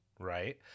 Right